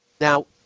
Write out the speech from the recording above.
Now